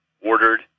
ordered